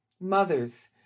Mothers